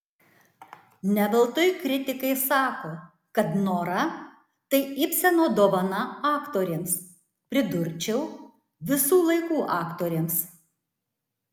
ne veltui kritikai sako kad nora tai ibseno dovana aktorėms pridurčiau visų laikų aktorėms